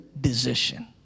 decision